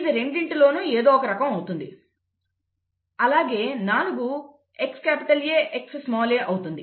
ఇది రెండిటిలో ఏదో ఒక రకం అవుతుంది అలాగే 4 XAXa అవుతుంది